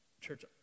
Church